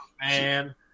man